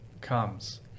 comes